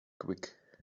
quick